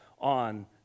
on